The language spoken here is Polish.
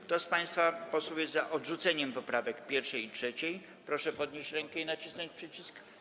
Kto z państwa posłów jest za odrzuceniem poprawek 1. i 5., proszę podnieść rękę i nacisnąć przycisk.